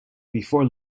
before